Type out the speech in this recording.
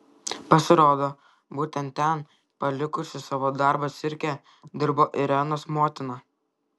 pasirodo būtent ten palikusi savo darbą cirke dirbo irenos motina